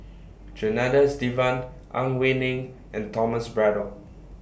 Janadas Devan Ang Wei Neng and Thomas Braddell